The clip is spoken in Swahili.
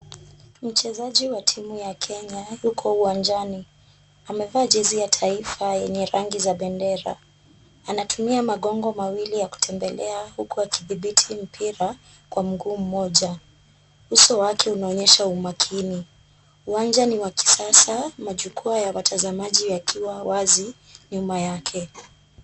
Mchezaji wa timu ya Kenya, yuko uwanjani. Amevaa jezi ya taifa, yenye rangi za bendera. Anatumia magongo mawili ya kutembelea huku akithibiti mpira kwa mguu mmoja. Uso wake unaonyesha umakini. Uwanja ni wa kisasa. Majukua ya watazamaji yakiwa wazi nyuma yake.